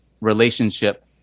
relationship